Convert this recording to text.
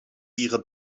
ihre